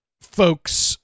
folks